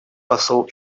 посол